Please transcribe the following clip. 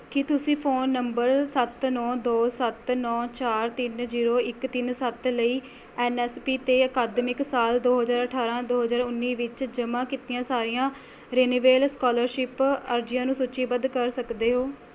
ਕੀ ਤੁਸੀਂ phone number ਸੱਤ ਨੌ ਦੋ ਸੱਤ ਨੌ ਚਾਰ ਤਿੰਨ ਜੀਰੋ ਇੱਕ ਤਿੰਨ ਸੱਤ ਲਈ ਐੱਨ ਐੱਸ ਪੀ 'ਤੇ ਅਕਾਦਮਿਕ ਸਾਲ ਦੋ ਹਜ਼ਾਰ ਅਠਾਰ੍ਹਾਂ ਦੋ ਹਜ਼ਾਰ ਉੱਨੀ ਵਿੱਚ ਜਮ੍ਹਾਂ ਕੀਤੀਆਂ ਸਾਰੀਆਂ ਰਿਨੇਵੇਲ ਸਕੋਲਰਸ਼ਿਪ ਅਰਜ਼ੀਆਂ ਨੂੰ ਸੂਚੀਬੱਧ ਕਰ ਸਕਦੇ ਹੋ